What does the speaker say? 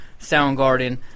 Soundgarden